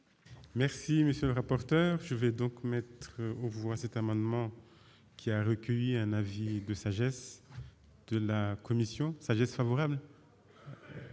Merci, monsieur le rapporteur, je vais donc mettre aux voix cet amendement qui a recueilli un avis de sagesse de la commission sagesse favorable.